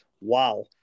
Wow